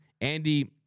Andy